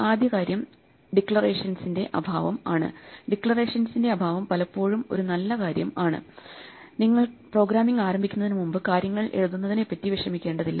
ആദ്യ കാര്യം ഡിക്ലറേഷൻസിന്റെ അഭാവം ആണ് ഡിക്ലറേഷൻസിന്റെ അഭാവം പലപ്പോഴും ഒരു നല്ല കാര്യം ആണ് നിങ്ങൾ പ്രോഗ്രാമിംഗ് ആരംഭിക്കുന്നതിന് മുമ്പ് കാര്യങ്ങൾ എഴുതുന്നതിനെ പറ്റി വിഷമിക്കേണ്ടതില്ല